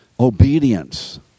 obedience